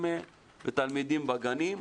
כתלמידים בגנים,